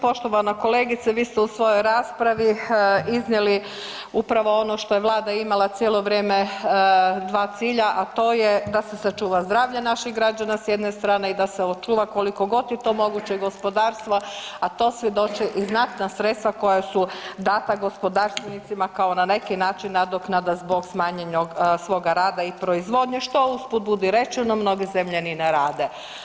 Poštovana kolegice, vi ste u svojoj raspravi iznijeli upravo ono što je Vlada imala cijelo vrijeme, dva cilja a to je da se sačuva zdravlje naših građana s jedne strane i da se očuva koliko god je to moguće, gospodarstva a to svjedoče i znatna sredstva koja su dana gospodarstvenicima kao na neki način nadoknada zbog smanjenog svoga rada i proizvodnje, što usput budi rečeno, mnoge zemlje ni ne rade.